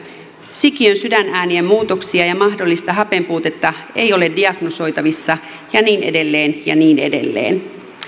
sikiön sydänäänien muutoksia ja mahdollista hapenpuutetta ei ole diagnosoitavissa ja niin edelleen ja niin edelleen